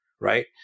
right